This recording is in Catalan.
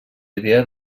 idea